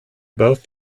both